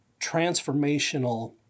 transformational